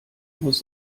muss